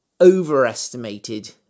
overestimated